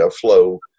flow